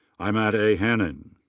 imad a. hanhan.